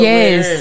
Yes